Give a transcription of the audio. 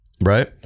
Right